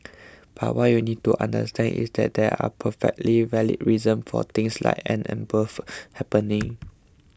but what you need to understand is that there are perfectly valid reasons for things like and above happening